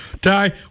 Ty